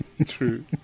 True